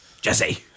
Jesse